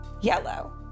yellow